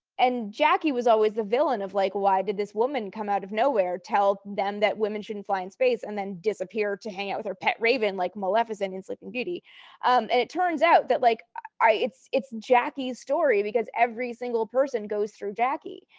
and jackie was always the villain of, like why did this woman come out of nowhere, tell them that women shouldn't fly in space, and then disappear to hang out with her pet raven like maleficent in sleeping beauty. and it turns out that like all right it's jackie's story because every single person goes through jackie,